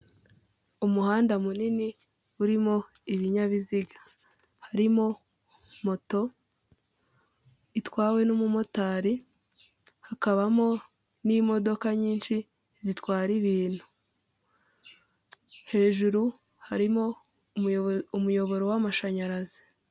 Inzu ifite ibara ry'umweru ndetse n'inzugi zifite ibaraya gusa umweru n'ibirahure by'umukara hasi hari amakaro ifite ibyumba bikodeshwa ibihumbi ijana na mirongo itanu by'amafaranga y'u Rwanda.